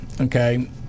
Okay